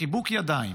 בחיבוק ידיים,